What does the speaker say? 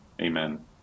amen